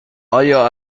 آیا